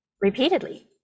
repeatedly